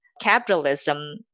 capitalism